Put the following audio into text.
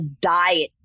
diet